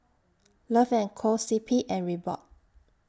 Love and Co C P and Reebok